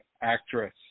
actress